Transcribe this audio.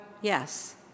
yes